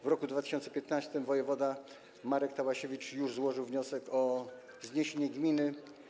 W roku 2015 wojewoda Marek Tałasiewicz złożył wniosek o zniesienie gminy.